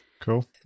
Cool